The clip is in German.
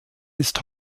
ist